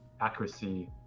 accuracy